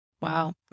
Wow